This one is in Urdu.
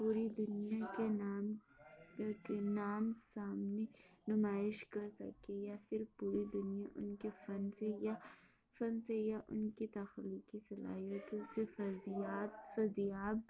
پوری دنیا کے نام کے نام سامنے نمائش کر سکے یا پھر پوری دنیا ان کے فن سے یا فن سے یا ان کی تخلیقی صلاحیتوں سے فیضیات فیضیاب